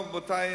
רבותי,